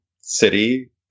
city